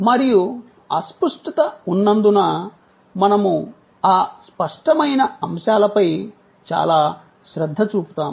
మరియు అస్పష్టత ఉన్నందున మనము ఆ స్పష్టమైన అంశాలపై చాలా శ్రద్ధ చూపుతాము